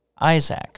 Isaac